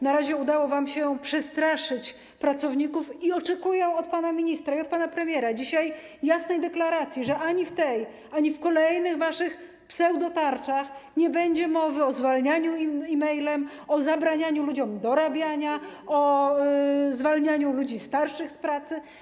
Na razie udało wam się przestraszyć pracowników i oczekują dzisiaj od pana ministra i od pana premiera jasnej deklaracji, że ani w tej, ani w kolejnych waszych pseudotarczach nie będzie mowy o zwalnianiu e-mailem, o zabranianiu ludziom dorabiania, o zwalnianiu ludzi starszych z pracy.